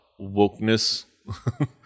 wokeness